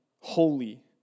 holy